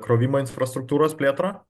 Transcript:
krovimo infrastruktūros plėtrą